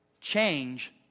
Change